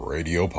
Radio